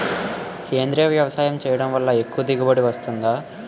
సేంద్రీయ వ్యవసాయం చేయడం వల్ల ఎక్కువ దిగుబడి వస్తుందా?